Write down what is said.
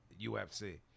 UFC